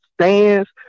stands